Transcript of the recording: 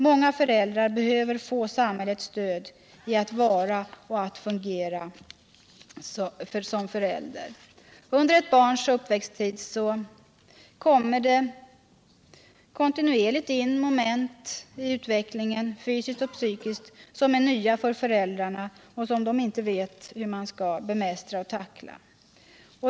Många föräldrar behöver få samhällets stöd när det gäller att vara och fungera som förälder. Under ett barns uppväxt kommer nämligen kontinuerligt in moment i utvecklingen, fysiskt och psykiskt, som är nya för föräldrarna och som de inte vet hur de skall bemästra och tackla.